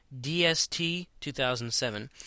dst2007